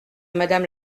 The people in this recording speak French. madame